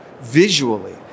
visually